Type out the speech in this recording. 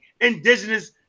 indigenous